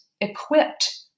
equipped